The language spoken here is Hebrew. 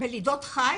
בלידות חי